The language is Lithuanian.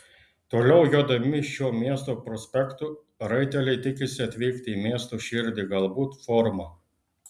toliau jodami šiuo miesto prospektu raiteliai tikisi atvykti į miesto širdį galbūt forumą